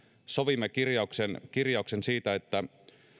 sovimme kirjauksen kirjauksen siitä että